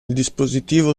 dispositivo